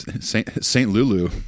Saint-Lulu